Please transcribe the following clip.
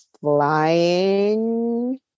flying